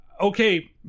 okay